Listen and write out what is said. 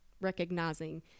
recognizing